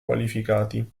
qualificati